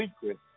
secret